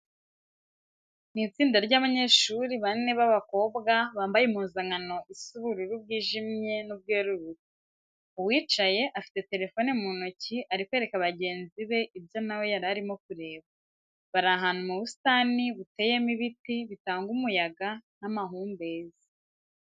Ni itsinda ry'abanyeshuri bane b'abakobwa, bambaye impuzankano isa ubururu bwijimye n'ubwerurutse. Uwicaye afite telefone mu ntoki ari kwereka bagenzi be ibyo na we yari arimo kureba. Bari ahantu mu busitani buteyemo ibiti bitanga umuyaga n'amahumbezi.